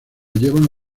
llevan